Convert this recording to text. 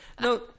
No